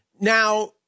Now